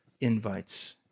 invites